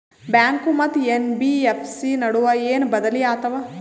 Bank ಮತ್ತ NBFC ನಡುವ ಏನ ಬದಲಿ ಆತವ?